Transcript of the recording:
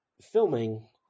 filming